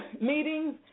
meetings